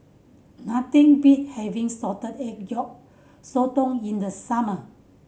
nothing beat having salted egg yolk sotong in the summer